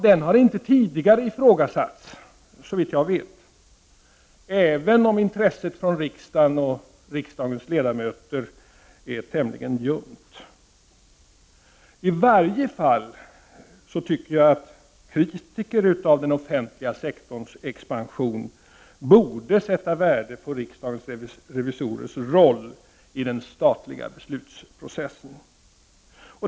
Den har inte tidigare ifrågasatts, såvitt jag vet, även om intresset från riksdagen och riksdagens ledamöter är tämligen ljumt. I varje fall tycker jag att kritiker av den offentliga sektorns expansion borde sätta värde på riksdagens revisorers roll i den statliga beslutsprocessen.